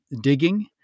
digging